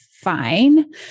fine